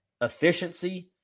efficiency